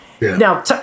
now